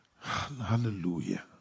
Hallelujah